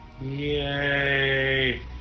Yay